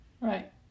Right